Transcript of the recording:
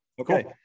Okay